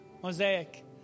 Mosaic